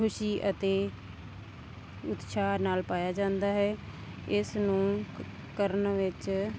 ਖੁਸ਼ੀ ਅਤੇ ਉਤਸ਼ਾਹ ਨਾਲ ਪਾਇਆ ਜਾਂਦਾ ਹੈ ਇਸ ਨੂੰ ਕਰਨ ਵਿੱਚ